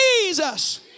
Jesus